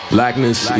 Blackness